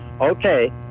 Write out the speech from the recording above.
Okay